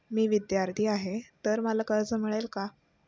मी विद्यार्थी आहे तर मला कर्ज मिळेल का?